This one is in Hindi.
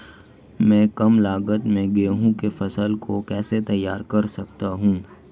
मैं कम लागत में गेहूँ की फसल को कैसे तैयार कर सकता हूँ?